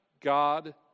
God